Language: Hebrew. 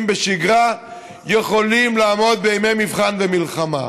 בשגרה יכולים לעמוד בימי מבחן ומלחמה.